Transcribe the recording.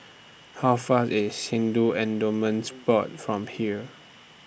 How Far IS Hindu Endowments Board from here